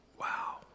wow